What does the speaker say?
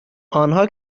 آنها